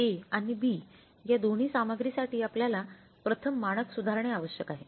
A आणि B या दोन्ही सामग्रीसाठी आपल्याला प्रथम मानक सुधारणे आवश्यक आहे